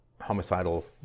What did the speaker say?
homicidal